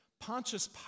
Pontius